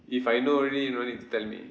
if I know already you no need to tell me